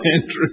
Andrew